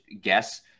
guess